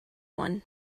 one